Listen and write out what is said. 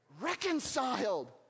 Reconciled